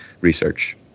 research